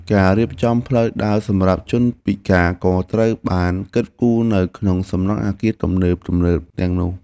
ការរៀបចំផ្លូវដើរសម្រាប់ជនពិការក៏ត្រូវបានគិតគូរនៅក្នុងសំណង់អគារសិក្សាទំនើបៗទាំងនោះ។